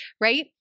right